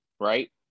right